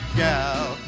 gal